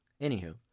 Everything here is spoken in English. Anywho